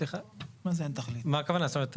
מה הכוונה?